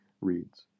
reads